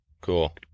Cool